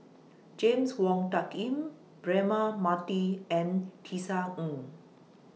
James Wong Tuck Yim Braema Mathi and Tisa Ng